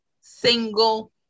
single